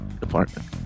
Department